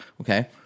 Okay